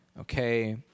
Okay